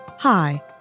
Hi